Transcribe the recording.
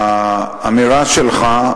לגבי האמירה שלך,